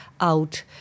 out